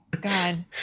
God